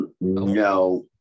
No